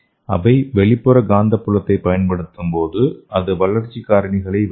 அவை வெளிப்புற காந்தப்புலத்தைப் பயன்படுத்தும்போது அது வளர்ச்சி காரணிகளை வெளியிடும்